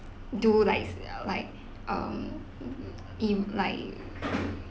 do like like um in like